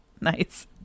Nice